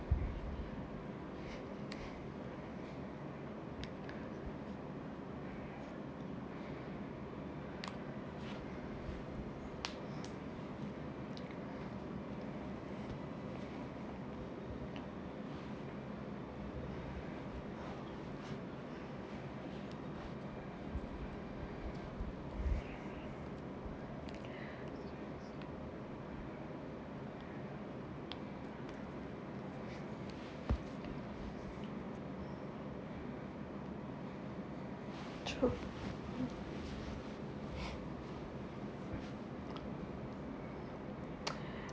true